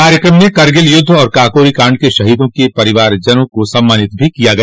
कार्यक्रम में करगिल युद्ध और काकोरी कांड के शहीदों के परिवारीजनों को सम्मानित भी किया गया